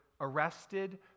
arrested